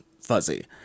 fuzzy